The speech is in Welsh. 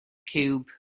ciwb